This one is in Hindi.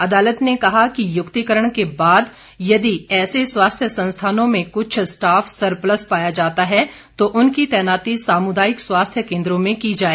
अदालत ने कहा कि युक्तिकरण के बाद यदि ऐसे स्वास्थ्य संस्थानों में कुछ स्टॉफ सरप्लस पाया जाता है तो उनकी तैनाती सामुदायिक स्वास्थ्य केंद्रों में की जाए